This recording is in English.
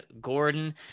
Gordon